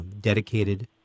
dedicated